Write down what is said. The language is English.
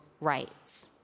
rights